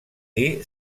dir